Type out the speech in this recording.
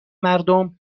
مردم